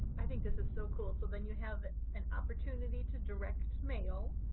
i think this is so cool, so then you have an opportunity to direct mail.